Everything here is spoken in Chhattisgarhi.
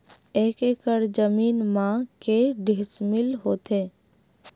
एक एकड़ जमीन मा के डिसमिल होथे?